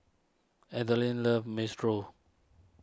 Adaline loves Minestrone